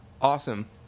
Awesome